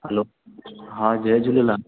hello हा जय झूलेलाल